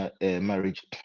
marriage